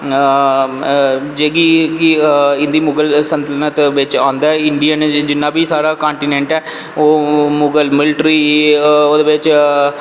जेह्की इंदी मुगल सल्तनत बिच्च आंदा साढ़ा जिन्ना बी कांटिनैट ऐ ओह् मुगल मिल्ट्री ओह्दे बिच्च